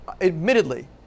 admittedly